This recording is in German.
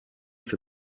für